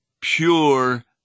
pure